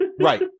Right